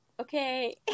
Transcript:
okay